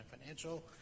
Financial